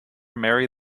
marry